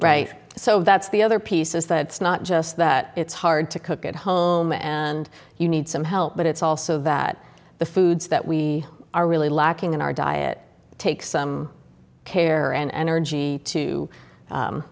right so that's the other pieces that's not just that it's hard to cook at home and you need some help but it's also that the foods that we are really lacking in our diet take some care and energy to